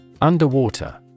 Underwater